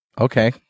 okay